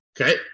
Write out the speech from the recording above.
okay